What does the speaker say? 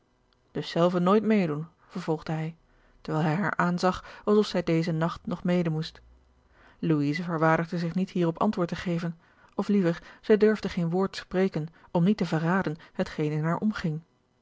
dus zelve nooit meê doen vervolgde hij terwijl hij haar aanzag alsof zij dezen nacht nog mede moest louise verwaardigde zich niet hierop antwoord te geven of liever zij durfde geen woord spreken om niet te verraden hetgeen in haar omging